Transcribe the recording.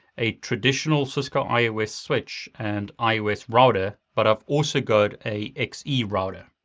a traditional cisco ios switch, and ios router, but i've also got a xe router.